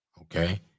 Okay